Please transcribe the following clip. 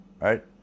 right